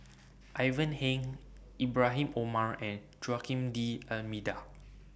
Ivan Heng Ibrahim Omar and Joaquim D'almeida